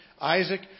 Isaac